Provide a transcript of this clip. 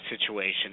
situation